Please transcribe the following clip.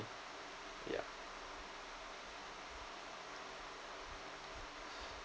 yeah